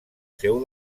seu